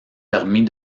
permis